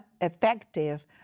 effective